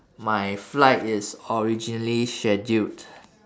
my flight is originally scheduled